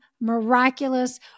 miraculous